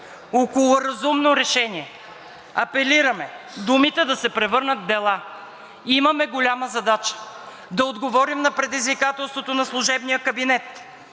около разумно решение. Апелираме думите да се превърнат в дела. Имаме голяма задача – да отговорим на предизвикателството на служебния кабинет,